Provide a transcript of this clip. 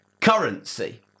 currency